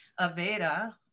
Aveda